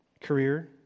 career